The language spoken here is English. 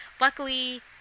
Luckily